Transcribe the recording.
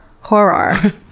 Horror